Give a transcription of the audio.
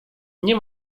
nie